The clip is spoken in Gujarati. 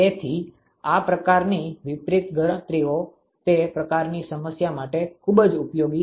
તેથી આ પ્રકારની વિપરીત ગણતરીઓ તે પ્રકારની સમસ્યા માટે ખૂબ જ ઉપયોગી છે